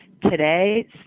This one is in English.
Today